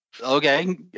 Okay